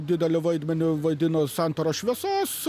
didelį vaidmenį vaidino santaros šviesos